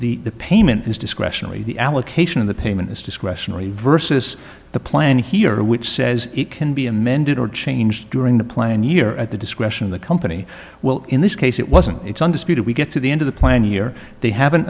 says the payment is discretionary the allocation of the payment is discretionary versus the plan here which says it can be amended or changed during the plan year at the discretion of the company well in this case it wasn't it's undisputed we get to the end of the plan year they have